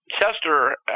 Chester